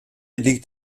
liegt